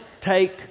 take